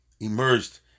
emerged